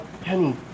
Penny